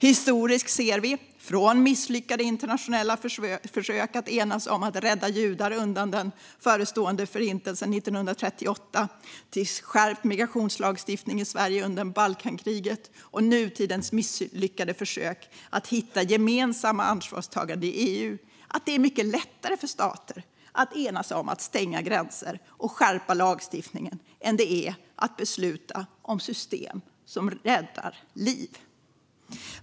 Historiskt ser vi - från misslyckade internationella försök att enas om att rädda judar undan den förestående Förintelsen 1938, via en skärpt migrationslagstiftning i Sverige under Balkankriget och till nutidens misslyckade försök att hitta gemensamma ansvarstaganden i EU - att det är mycket lättare för stater att enas om att stänga gränser och skärpa lagstiftningen än att besluta om system som räddar liv.